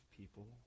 people